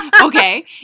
Okay